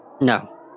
No